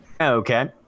Okay